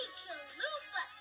chalupa